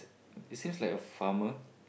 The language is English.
it seems like a farmer